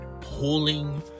pulling